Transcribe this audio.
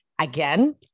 Again